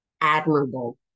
admirable